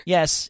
Yes